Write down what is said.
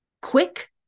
quick